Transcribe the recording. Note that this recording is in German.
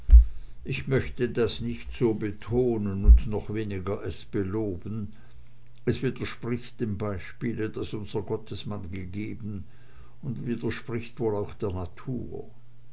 ich möchte das nicht so betonen und noch weniger es beloben es widerspricht dem beispiele das unser gottesmann gegeben und widerspricht auch wohl der natur